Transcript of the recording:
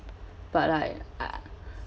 but I uh